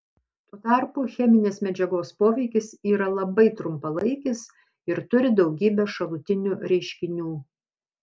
tuo tarpu cheminės medžiagos poveikis yra labai trumpalaikis ir turi daugybę šalutinių reiškinių